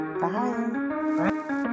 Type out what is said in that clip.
Bye